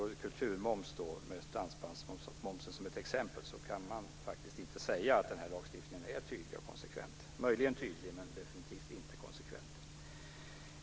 dansbandsmomsen kan man faktiskt inte säga att lagstiftningen är tydlig och konsekvens. Den är möjligen tydlig men definitivt inte konsekvent.